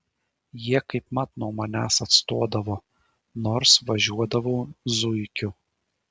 jie kaip mat nuo manęs atstodavo nors važiuodavau zuikiu